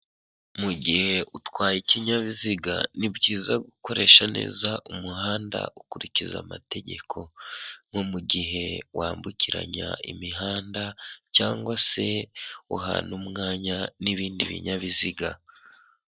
Mu gihe utwaye ikinyabiziga, ni byiza gukoresha neza umuhanda, ukurikiza amategeko. Nko mu gihe wambukiranya imihanda, cyangwa se uhana umwanya n'ibindi binyabiziga.